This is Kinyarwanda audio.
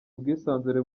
ubwisanzure